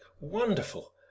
Wonderful